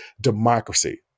democracy